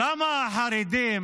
למה החרדים